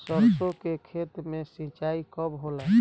सरसों के खेत मे सिंचाई कब होला?